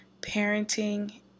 parenting